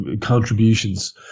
contributions